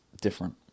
different